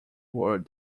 word